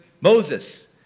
Moses